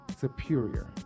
superior